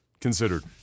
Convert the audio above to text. considered